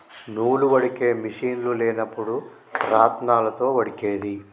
నూలు వడికే మిషిన్లు లేనప్పుడు రాత్నాలతో వడికేది